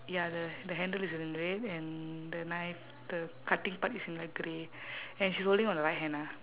ya the the handle is in red and the knife the cutting part is in like grey and she's holding on her right hand ah